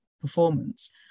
performance